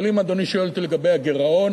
אבל אם אדוני שואל אותי לגבי הגירעון,